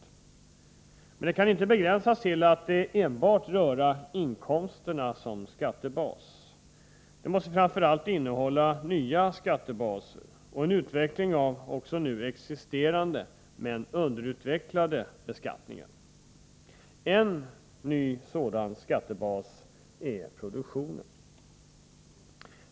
Men ett sådant system kan inte begränsas till att låta enbart inkomsterna utgöra skattebas. Det måste framför allt innehålla nya skattebaser och en utveckling av nu existerande men underutvecklade beskattningar. En sådan ny skattebas är produktionen.